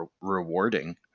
rewarding